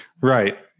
Right